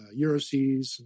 Euroseas